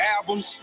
albums